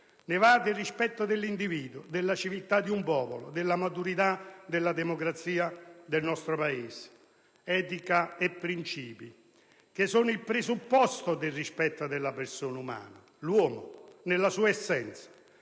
Ne va del rispetto dell'individuo, della civiltà di un popolo, della maturità della democrazia nel nostro Paese. Etica e princìpi, che sono il presupposto del rispetto della persona umana, l'uomo nella sua essenza,